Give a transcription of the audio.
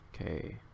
Okay